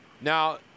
Now